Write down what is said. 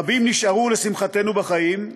רבים נשארו לשמחתנו בחיים,